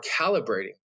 calibrating